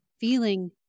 feeling